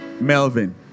Melvin